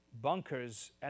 bunkers